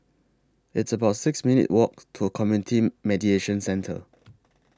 It's about six minutes' Walk to Community Mediation Centre